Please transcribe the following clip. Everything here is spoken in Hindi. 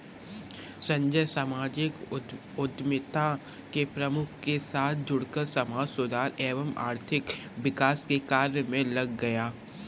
संजय सामाजिक उद्यमिता के प्रमुख के साथ जुड़कर समाज सुधार एवं आर्थिक विकास के कार्य मे लग गया